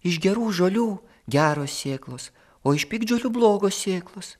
iš gerų žolių geros sėklos o iš piktžolių blogos sėklos